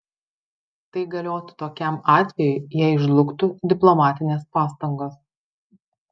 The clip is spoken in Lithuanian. tai galiotų tokiam atvejui jei žlugtų diplomatinės pastangos